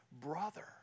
brother